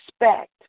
respect